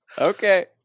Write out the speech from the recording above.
Okay